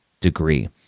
degree